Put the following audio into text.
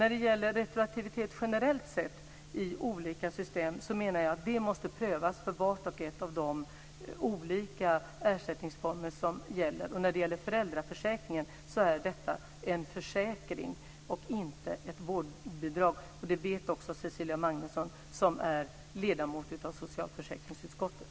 Retroaktiviteten generellt sett i olika system måste, menar jag, prövas för var och en av de olika ersättningsformer som gäller. Dessutom: Föräldraförsäkringen är en försäkring, inte ett vårdbidrag. Det vet också Cecilia Magnusson som ju är ledamot av socialförsäkringsutskottet.